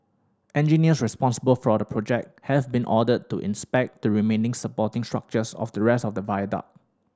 engineers responsible for the project has been ordered to inspect the remaining supporting structures of the rest of the viaduct